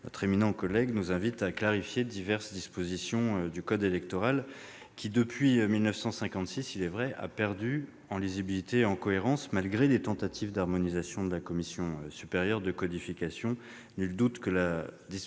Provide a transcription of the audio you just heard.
de s'exprimer, nous invite à clarifier diverses dispositions du code électoral, qui, depuis 1956, a effectivement perdu en lisibilité et en cohérence, malgré les tentatives d'harmonisation de la Commission supérieure de codification. Nul doute que la présence